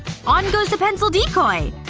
on goes the pencil decoy!